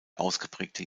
ausgeprägte